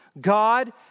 God